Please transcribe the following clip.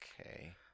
Okay